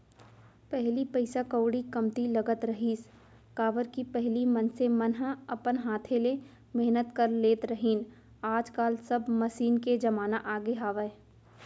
पहिली पइसा कउड़ी कमती लगत रहिस, काबर कि पहिली मनसे मन ह अपन हाथे ले मेहनत कर लेत रहिन आज काल सब मसीन के जमाना आगे हावय